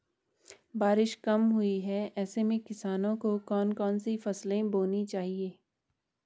बारिश कम हुई है ऐसे में किसानों को कौन कौन सी फसलें बोनी चाहिए?